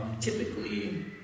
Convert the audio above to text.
typically